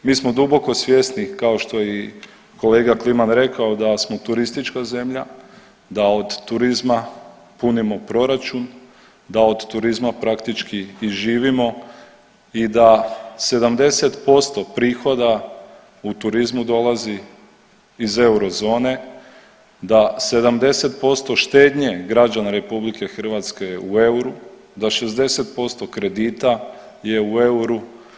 Mi smo duboko svjesni kao što je i kolega Kliman rekao da smo turistička zemlja, da od turizma punimo proračun, da od turizma praktički i živimo i da 70% prihoda u turizmu dolazi od euro zone, da 70% je štednje građana Republike Hrvatske je u euru, da 60% kredita je u euru.